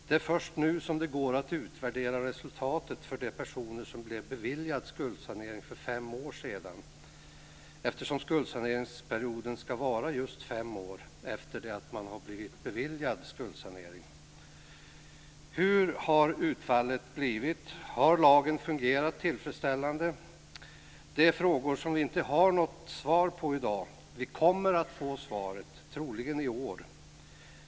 Det är först nu som det går att utvärdera resultatet för de personer som blev beviljade skuldsanering för fem år sedan, eftersom skuldsaneringsperioden ska vara just fem år efter det att man har blivit beviljad skuldsanering. Hur har utfallet blivit? Har lagen fungerat tillfredsställande? Det är frågor som vi inte har något svar på i dag. Vi kommer att få svaret - troligen i år.